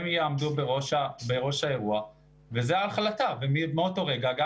הם יעמדו בראש האירוע וזו ההחלטה ומאותו רגע גם